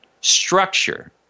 Structure